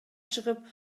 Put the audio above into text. чуркап